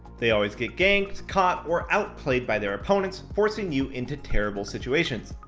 they always get ganked, caught, or outplayed by their opponents forcing you into terrible situations.